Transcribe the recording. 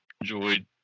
enjoyed